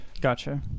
gotcha